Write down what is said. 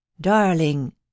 Darling